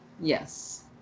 yes